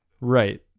Right